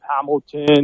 Hamilton